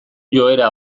joera